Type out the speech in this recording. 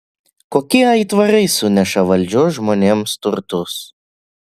kokie aitvarai suneša valdžios žmonėms turtus